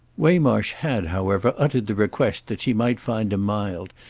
waymarsh had, however, uttered the request that she might find him mild,